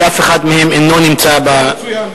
שאף אחד מהם אינו נמצא במליאה,